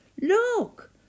look